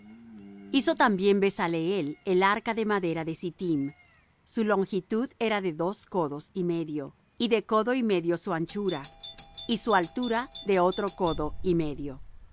hizo también bezaleel el arca de madera de sittim su longitud era de dos codos y medio y de codo y medio su anchura y su altura de otro codo y medio